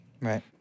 Right